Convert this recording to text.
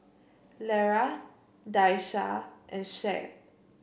Lera Daisha and Shep